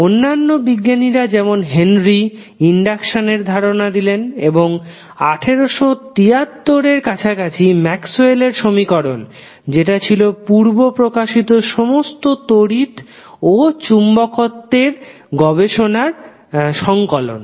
অন্যান্য বিজ্ঞানীরা যেমন হেনরি ইনডাক্শন এর ধারনা দিলেন এবং 1873 এর কাছাকাছি ম্যাক্সওয়েল এর সমীকরণ যেটা ছিল পূর্ব প্রকাশিত সমস্ত তড়িৎ ও চুম্বকত্ব সম্পর্কে গবেশনার সংকলন